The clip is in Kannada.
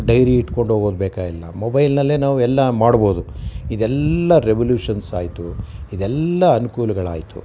ಡೈರಿ ಇಟ್ಕೊಂಡು ಹೋಗೋದ್ಬೇಕಾಗಿಲ್ಲ ಮೊಬೈಲ್ನಲ್ಲೇ ನಾವು ಎಲ್ಲ ಮಾಡ್ಬೋದು ಇದೆಲ್ಲ ರೆವಲ್ಯೂಷನ್ಸ್ ಆಯಿತು ಇದೆಲ್ಲ ಅನುಕೂಲಗಳಾಯ್ತು